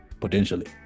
potentially